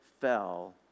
fell